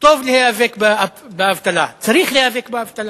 טוב להיאבק באבטלה, צריך להיאבק באבטלה,